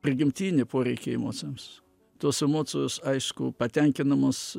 prigimtinį poreikį emocijoms tos emocijos aišku patenkinamos